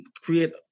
create